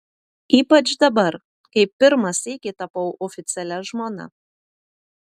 ypač dabar kai pirmą sykį tapau oficialia žmona